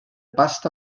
pasta